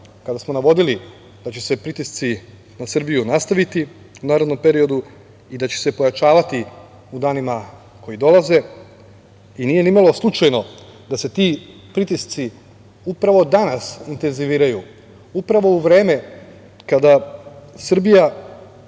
kada smo navodili da će se pritisci na Srbiju nastaviti u narednom periodu i da će se pojačavati u danima koji dolaze. Nije ni malo slučajno da se ti pritisci upravo danas intenziviraju, upravo u vreme kada je Srbija,